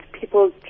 people